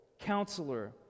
Counselor